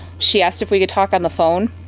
she asked if we could talk on the phone.